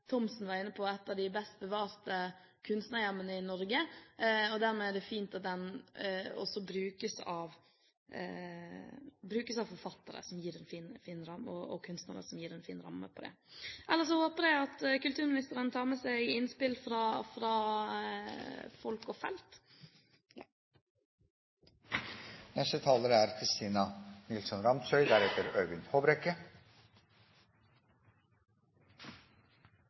Thomsen var inne på, et av de best bevarte kunstnerhjemmene i Norge, og dermed er det fint at det brukes av forfattere og kunstnere, som gir en fin ramme rundt det. Ellers håper jeg at kulturministeren tar med seg innspill fra folk og felt.